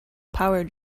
power